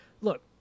look